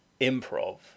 improv